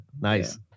Nice